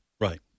Right